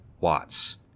Watts